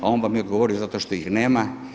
A on vam je odgovorio zato što ih nema.